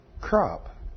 crop